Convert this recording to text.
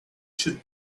should